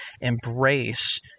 embrace